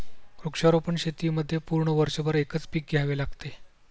वृक्षारोपण शेतीमध्ये पूर्ण वर्षभर एकच पीक घ्यावे लागते